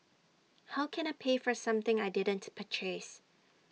how can I pay for something I didn't purchase